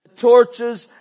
torches